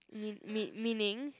mean mean meaning